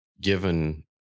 given